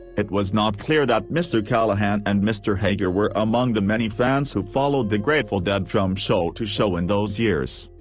it was not clear that mr. callahan and mr. hager were among the many fans who followed the grateful dead from show so to show in those years.